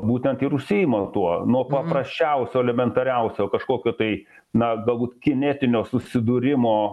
būtent ir užsiima tuo nuo paprasčiausio elementariausio kažkokio tai na galbūt kinetinio susidūrimo